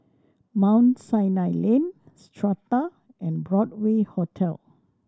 Mount Sinai Lane Strata and Broadway Hotel